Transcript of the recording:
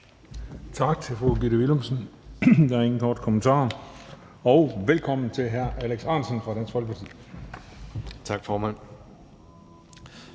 Tak til fru Gitte Willumsen. Der er ingen korte bemærkninger. Velkommen til hr. Alex Ahrendtsen fra Dansk Folkeparti. Kl.